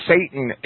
Satan